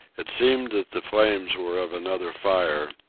it seemed that the flames were of another fire,